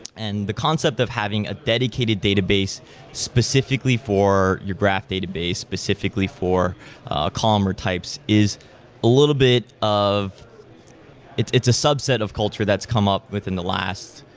and the concept of having a dedicated database specifically for you graph database, specifically for calmer types, is a little bit of it it's a subset of culture that's come up within the last,